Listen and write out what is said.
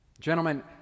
Gentlemen